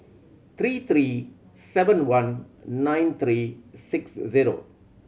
three three seven one nine three six zero